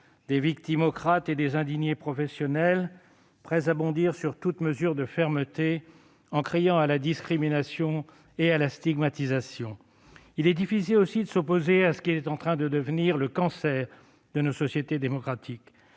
des victimocrates et des indignés professionnels, prêts à bondir sur toute mesure de fermeté en criant à la discrimination et à la stigmatisation. Il est difficile aussi de s'opposer à ce qui est en train de devenir le cancer de nos sociétés démocratiques.